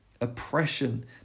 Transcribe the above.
oppression